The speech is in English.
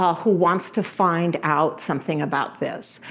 who wants to find out something about this.